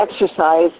exercise